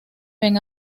ven